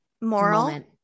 Moral